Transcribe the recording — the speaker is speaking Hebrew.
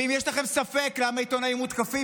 ואם יש לכם ספק למה עיתונאים מותקפים,